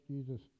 Jesus